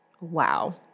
Wow